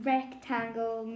Rectangle